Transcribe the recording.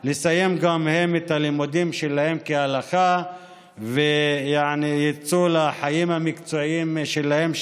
לסיים גם הם את הלימודים שלהם כהלכה ויצאו לחיים המקצועיים שלהם,